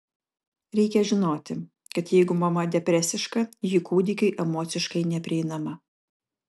reikia žinoti kad jeigu mama depresiška ji kūdikiui emociškai neprieinama